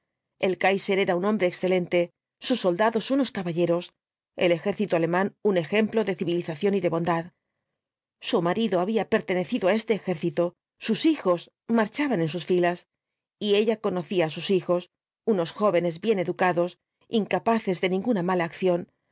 el kaiser era un hombre excelente sus soldados unos caballeros el ejército alemán un ejemplo de civilización y de bondad su marido había pertenecido á este ejército sus iiijos marchaban en sus filas y ella conocía á sus hijos unos jóvenes bien educados incapaces de ninguna mala acción